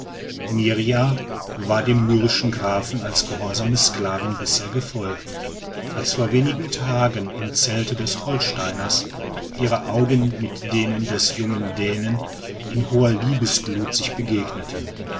mirrjah war dem mürrischen grafen als gehorsame sklavin bisher gefolgt als vor wenigen tagen im zelte des holsteiners ihre augen mit denen des jungen dänen in hoher liebesglut sich begegneten